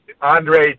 Andre